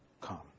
come